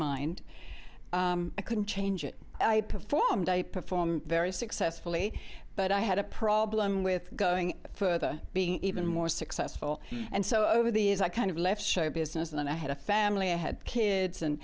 mind i couldn't change it i performed i perform very successfully but i had a problem with going further being even more successful and so over the years i kind of left show business and i had a family i had kids and